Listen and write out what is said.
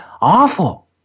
awful